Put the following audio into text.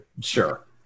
Sure